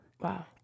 Wow